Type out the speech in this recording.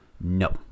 no